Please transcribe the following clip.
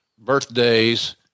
birthdays